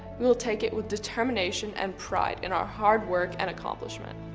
we will take it with determination and pride in our hard work and accomplishment.